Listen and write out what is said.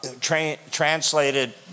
translated